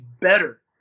better